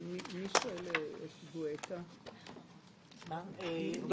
הישיבה ננעלה בשעה 12:40.